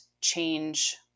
change